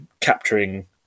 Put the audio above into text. capturing